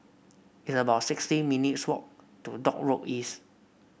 it's about sixty minutes' walk to Dock Road East